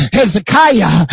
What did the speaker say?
Hezekiah